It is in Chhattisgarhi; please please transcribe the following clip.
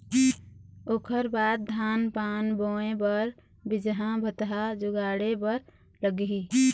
ओखर बाद धान पान बोंय बर बीजहा भतहा जुगाड़े बर लगही